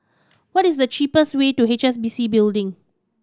what is the cheapest way to H S B C Building